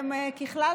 ככלל,